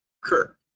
Kirk